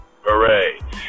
hooray